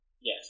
Yes